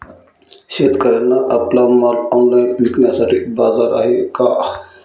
शेतकऱ्यांना आपला माल ऑनलाइन विकण्यासाठी बाजार आहे का?